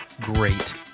great